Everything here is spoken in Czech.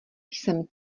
jsem